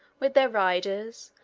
with their riders,